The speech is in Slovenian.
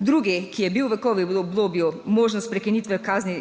drugi, ki je bil v Covid obdobju, možnost prekinitve kazni,